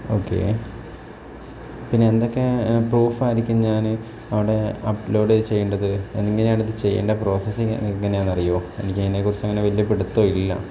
okay പിന്നെ എന്തൊക്കെ proof ആയിരിക്കും ഞാൻ അവിടെ അപ്ലോഡ് ചെയ്യേണ്ടത് എങ്ങനെയാണ് ഇത് ചെയ്യേണ്ടത് പ്രോസസ്സിങ് എങ്ങനെയാണെന്ന് അറിയുമോ എനിക്ക് അതിനെ കുറിച്ചു അങ്ങനെ വലിയ പിടുത്തം ഇല്ല